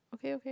okay okay